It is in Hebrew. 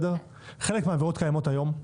חלק מהעבירות קיימות היום,